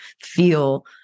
feel